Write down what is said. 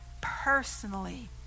personally